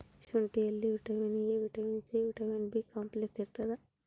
ಶುಂಠಿಯಲ್ಲಿ vitamin A vitamin C vitamin B complex ಇರ್ತಾದ